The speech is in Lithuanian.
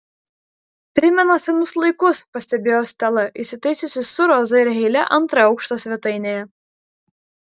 primena senus laikus pastebėjo stela įsitaisiusi su roza ir heile antrojo aukšto svetainėje